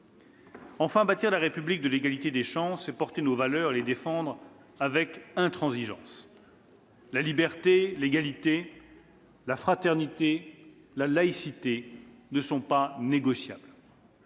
Enfin, bâtir la République de l'égalité des chances, c'est porter nos valeurs et les défendre avec intransigeance. La liberté, l'égalité, la fraternité et la laïcité ne sont pas négociables.